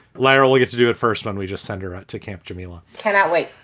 larry, we get to do it. first one. we just send her to camp jamelia cannot wait.